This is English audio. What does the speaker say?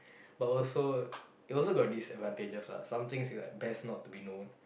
but also it also got disadvantages lah some things is like best not to be known